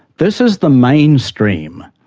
this is the mainstream.